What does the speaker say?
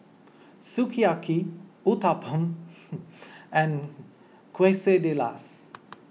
Sukiyaki Uthapam and Quesadillas